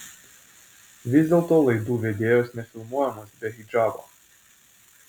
vis dėlto laidų vedėjos nefilmuojamos be hidžabo